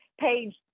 page